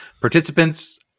participants